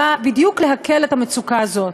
בא בדיוק להקל את המצוקה הזאת,